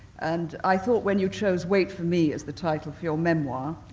and i thought when you chose wait for me as the title for your memoir,